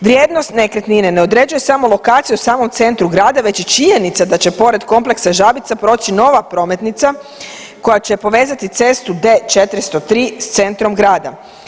Vrijednost nekretnine ne određuje samo lokaciju u samom centru grada već i činjenica da će pored Kompleksa Žabica proći nova prometnica koja će povezati cestu D403 s centrom grada.